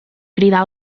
cridar